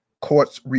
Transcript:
courts